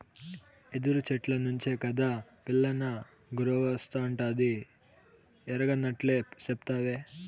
యెదురు చెట్ల నుంచే కాదా పిల్లనగ్రోవస్తాండాది ఎరగనట్లే సెప్తావే